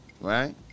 right